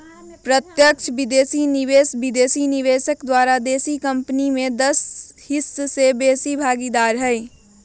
प्रत्यक्ष विदेशी निवेश विदेशी निवेशक द्वारा देशी कंपनी में दस हिस्स से बेशी भागीदार हइ